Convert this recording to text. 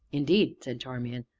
indeed, said charmian,